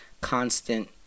constant